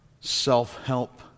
self-help